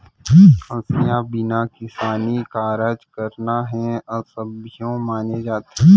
हँसिया बिना किसानी कारज करना ह असभ्यो माने जाथे